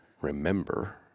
remember